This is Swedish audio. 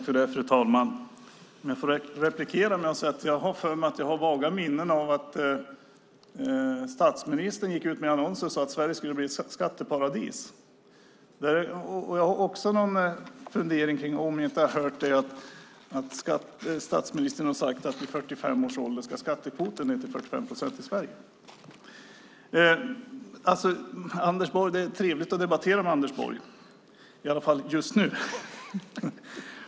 Fru talman! Jag får replikera med att säga att jag har vaga minnen av att statsministern gick ut med annonser och sade att Sverige ska bli ett skatteparadis. Om ni inte har hört det har jag också en fundering kring att statsministern har sagt att skattekvoten vid 45 års ålder ska ned till 45 procent i Sverige. Det är trevligt att debattera med Anders Borg, i alla fall just nu.